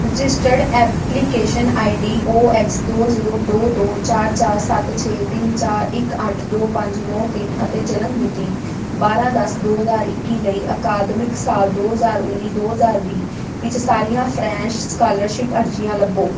registered application I D O X ਦੋ ਜ਼ੀਰੋ ਦੋ ਦੋ ਚਾਰ ਚਾਰ ਸੱਤ ਛੇ ਤਿੰਨ ਚਾਰ ਇੱਕ ਅੱਠ ਦੋ ਪੰਜ ਨੌਂ ਤਿੰਨ ਅਤੇ ਜਨਮ ਮਿਤੀ ਬਾਰਾਂ ਦਸ ਦੋ ਹਜ਼ਾਰ ਇੱਕੀ ਲਈ ਅਕਾਦਮਿਕ ਸਾਲ ਦੋ ਹਜ਼ਾਰ ਉੱਨੀ ਦੋ ਹਜ਼ਾਰ ਵੀਹ ਵਿੱਚ ਸਾਰੀਆਂ ਫਰੈਂਸ਼ ਸਕਾਲਰਸ਼ਿਪ ਅਰਜ਼ੀਆਂ ਲੱਭੋ